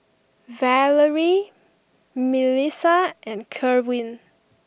Valery Milissa and Kerwin